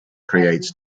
creates